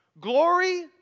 Glory